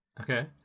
Okay